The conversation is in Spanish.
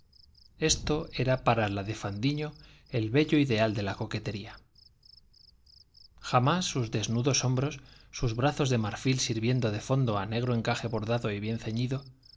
esto era para la de fandiño el bello ideal de la coquetería jamás sus desnudos hombros sus brazos de marfil sirviendo de fondo a negro encaje bordado y bien ceñido